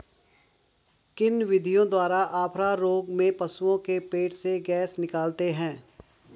किन विधियों द्वारा अफारा रोग में पशुओं के पेट से गैस निकालते हैं?